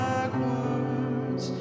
Backwards